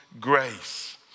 grace